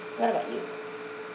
what about you